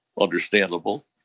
understandable